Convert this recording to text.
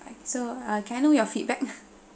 so uh can I know your feedback